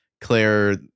Claire